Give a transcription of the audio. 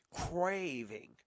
craving